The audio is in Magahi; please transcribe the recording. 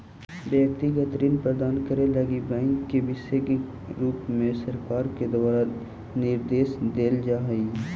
व्यक्तिगत ऋण प्रदान करे लगी बैंक के विशेष रुप से सरकार के द्वारा निर्देश देल जा हई